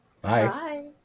Bye